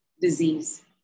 disease